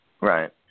Right